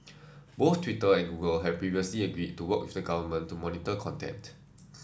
both Twitter and Google have previously agreed to work with the government to monitor content